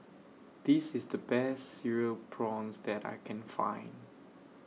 This IS The Best Cereal Prawns that I Can Find